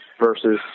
versus